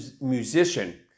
musician